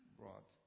brought